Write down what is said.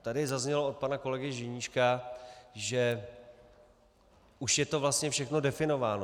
Tady zaznělo od pana kolegy Ženíška, že už je to vlastně všechno definováno.